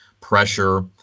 pressure